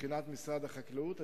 מבחינת משרד החקלאות.